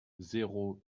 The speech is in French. zéro